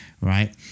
Right